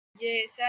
Yes